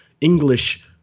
English